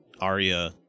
Arya